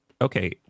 Okay